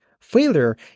Failure